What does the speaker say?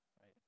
right